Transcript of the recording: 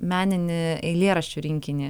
meninį eilėraščių rinkinį